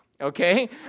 Okay